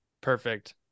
perfect